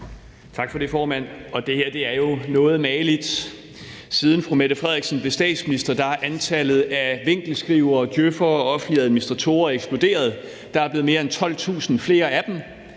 Tak for det, formand. Det her er jo noget mageligt. Siden fru Mette Frederiksen blev statsminister, er antallet af vinkelskrivere, djøf'ere og offentlige administratorer eksploderet. Der er blevet mere end 12.000 flere af dem.